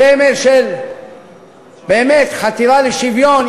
מה, סמל באמת של חתירה לשוויון.